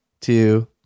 two